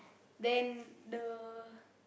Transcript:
then the